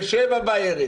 בשבע בערב,